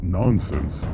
nonsense